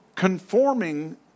conforming